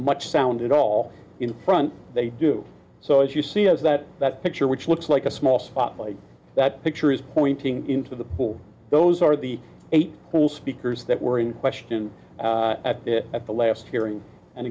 much sound at all in front they do so as you see is that that picture which looks like a small spot like that picture is pointing into the pool those are the eight pool speakers that were in question at at the last hearing and